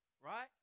Right